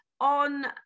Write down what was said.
on